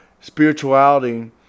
Spirituality